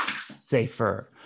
safer